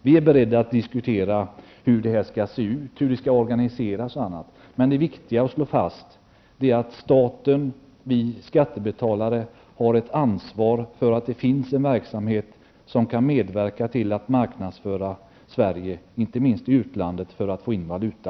Vi är beredda att diskutera hur detta skall se ut och organiseras. Men det viktiga är att slå fast att staten, dvs. vi skattebetalare, har ett ansvar för att det finns en verksamhet som kan medverka till att marknadsföra Sverige, inte minst i utlandet för att få in valuta.